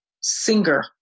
singer